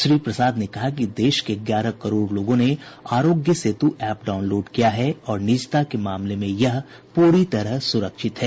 श्री प्रसाद ने कहा कि देश के ग्यारह करोड़ लोगों ने आरोग्य सेतु ऐप्प डाउनलोड किया है और निजता के मामले में यह पूरी तरह सुरक्षित है